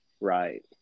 right